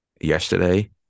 yesterday